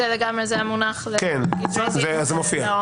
זה המונח --- זה מופיע.